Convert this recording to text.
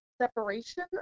separation